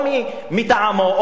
או מטעמו,